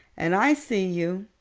and i see you,